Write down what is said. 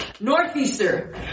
Northeaster